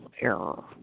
error